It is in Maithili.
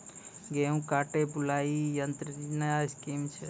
गेहूँ काटे बुलाई यंत्र से नया स्कीम छ?